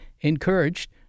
encouraged